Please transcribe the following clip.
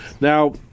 Now